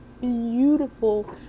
beautiful